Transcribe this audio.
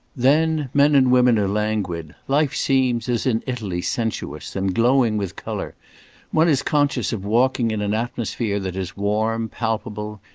then men and women are languid life seems, as in italy, sensuous and glowing with colour one is conscious of walking in an atmosphere that is warm, palpable,